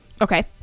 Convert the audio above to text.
okay